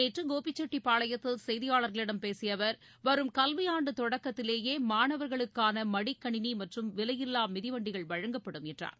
நேற்று கோபிசெட்டிபாளையத்தில் செய்தியாளர்களிடம் பேசிய அவர் வரும் கல்வியாண்டு தொடக்கத்திலேயே மாணவர்களுக்கான மடிக்கணினி மற்றும் விலையில்லா மிதிவண்டி வழங்கப்படும் என்றார்